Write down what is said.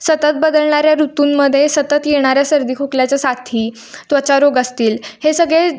सतत बदलणाऱ्या ऋतूंमध्ये सतत येणाऱ्या सर्दी खोकल्याच्या साथी त्वचारोग असतील हे सगळे